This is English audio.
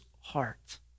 heart